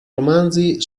romanzi